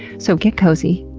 so get cozy,